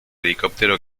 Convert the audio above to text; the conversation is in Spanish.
helicóptero